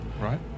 right